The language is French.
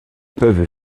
peuvent